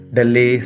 Delhi